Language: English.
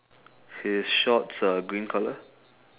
his shorts are green colour